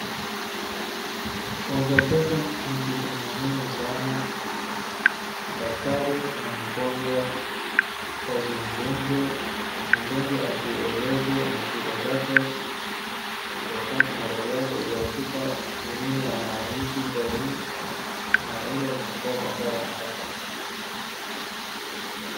Consultation ni kitu muhimu sana, daktari na mgonjwa wazungumze, mgonjwa ajieleze mashida zake kwa wakati maradhi yake ilianzika na ni nini anahisi sahii na ile matibabu ambaye anataka.